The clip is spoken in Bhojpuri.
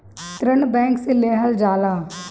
ऋण बैंक से लेहल जाला